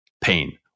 pain